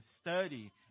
study